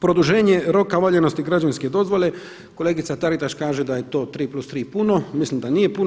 Produženje roka valjanosti građevinske dozvole kolegica Taritaš kaže da to tri plus tri puno, mislim da nije puno.